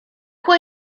where